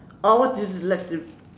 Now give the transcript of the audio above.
oh what do you like to